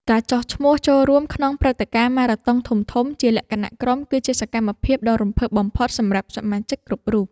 ការចុះឈ្មោះចូលរួមក្នុងព្រឹត្តិការណ៍ម៉ារ៉ាតុងធំៗជាលក្ខណៈក្រុម គឺជាសកម្មភាពដ៏រំភើបបំផុតសម្រាប់សមាជិកគ្រប់រូប។